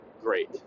great